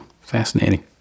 fascinating